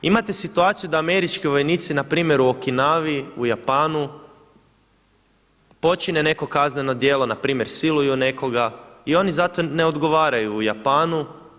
Imate situaciju da američki vojnici npr. u Okinawi u Japanu počine neko kazneno djelo, npr. siluju nekoga i oni za to ne odgovaraju u Japanu.